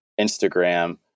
Instagram